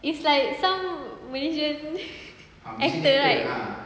it's like some malaysian actor right